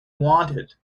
wanted